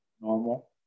normal